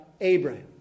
Abraham